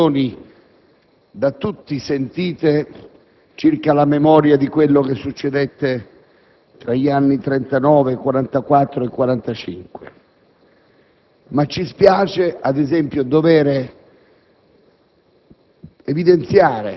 al programma *Exodus* ed alle grandi manifestazioni, da tutti sentite, in memoria di quello che succedette tra gli anni 1939, 1944 e 1945;